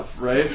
right